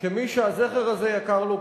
כמי שהזכר הזה יקר לו,